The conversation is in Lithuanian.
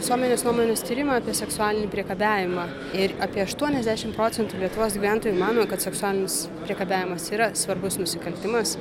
visuomenės nuomonės tyrimą apie seksualinį priekabiavimą ir apie aštuoniasdešimt procentų lietuvos gyventojų mano kad seksualinis priekabiavimas yra svarbus nusikaltimas